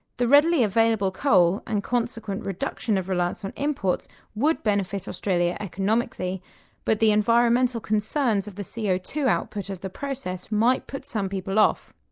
the readily available coal and consequent reduction of reliance on imports would benefit australia economically but the environmental concerns of the c o two output of the process might put some people off.